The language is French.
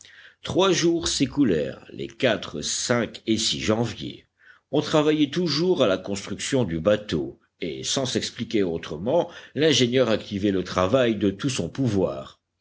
trois jours s'écoulèrent les et janvier on travaillait toujours à la construction du bateau et sans s'expliquer autrement l'ingénieur activait le travail de tout son pouvoir